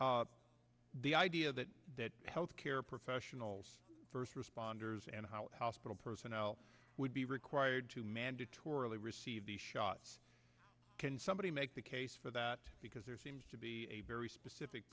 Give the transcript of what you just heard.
but the idea that health care professionals first responders and how hospital personnel would be required to mandatorily receive the shot can somebody make the case for that because there seems to be very specific